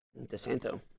DeSanto